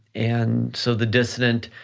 and so the dissident,